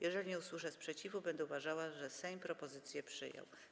Jeżeli nie usłyszę sprzeciwu, będę uważała, że Sejm propozycję przyjął.